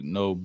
no